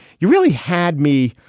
you really had me.